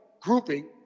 grouping